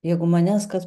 jeigu manęs kas